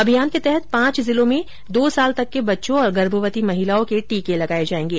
अभियान के तहत पांच जिलों में दो वर्ष तक के बच्चों और गर्भवती महिलाओं के टीके लगाये जायेंगे